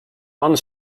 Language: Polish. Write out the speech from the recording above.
pan